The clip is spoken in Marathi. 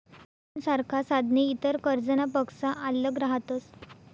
बॉण्डसारखा साधने इतर कर्जनापक्सा आल्लग रहातस